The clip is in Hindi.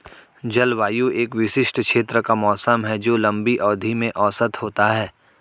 जलवायु एक विशिष्ट क्षेत्र का मौसम है जो लंबी अवधि में औसत होता है